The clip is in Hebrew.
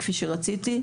כפי שרציתי,